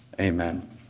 Amen